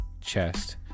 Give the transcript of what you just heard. chest